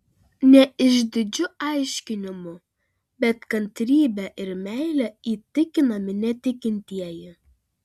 ne išdidžiu aiškinimu bet kantrybe ir meile įtikinami netikintieji